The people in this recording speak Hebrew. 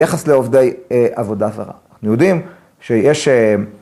‫ביחס לעובדי עבודה זרה. ‫אנחנו יודעים שיש...